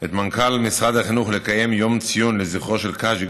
את מנכ"ל משרד החינוך לקיים יום לציון זכרו של קאז'יק,